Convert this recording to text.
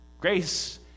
Grace